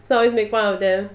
so I always make fun of them